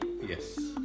Yes